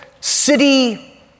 city